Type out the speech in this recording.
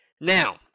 Now